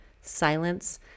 silence